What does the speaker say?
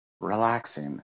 relaxing